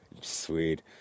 sweet